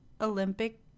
Olympic